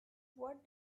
what